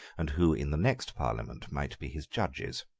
and who in the next parliament might be his judges.